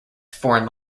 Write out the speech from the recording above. foreign